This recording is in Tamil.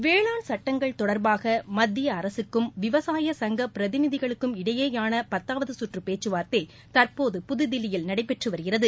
வேளாண்சட்டங்கள் தொடர்பாக மத்திய அரசுக்கும் விவசாய சுங்க பிரதிநிதிகளுக்கும் இடையேயான பத்தாவது சுற்று பேச்சுவார்த்தை தற்போது புதுதில்லியில் நடைபெற்று வருகிறது